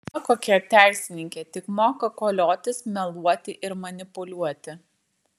va kokia teisininkė tik moka koliotis meluoti ir manipuliuoti